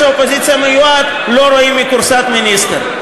האופוזיציה המיועד לא רואים מכורסת מיניסטר.